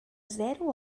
zero